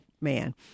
man